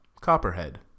Copperhead